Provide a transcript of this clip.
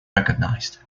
recognized